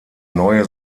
neue